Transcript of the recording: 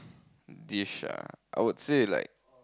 dish ah I would say like